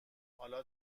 حالا